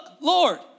Lord